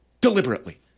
deliberately